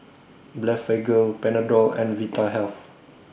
Blephagel Panadol and Vitahealth